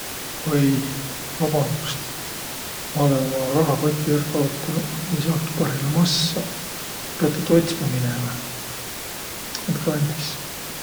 Oi, vabandust! Ma olõ uma rahakoti ärq kaotanuq. Ma ei saaki parhilla massaq. Piät tuud otsma minemä. Alndkõ andis!